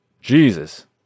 Jesus